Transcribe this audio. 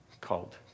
called